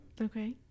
okay